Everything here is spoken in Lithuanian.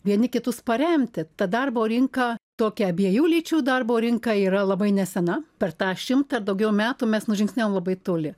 vieni kitus paremti ta darbo rinką tokia abiejų lyčių darbo rinka yra labai nesena per tą šimtą ar daugiau metų mes nužingsniavom labai toli